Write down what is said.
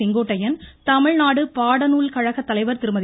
செங்கோட்டையன் தமிழ்நாடு பாடநூல் கழக தலைவர் திருமதி